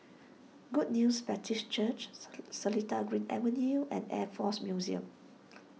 Good News Baptist Church's Seletar Green Avenue and Air force Museum